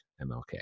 MLK